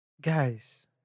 Guys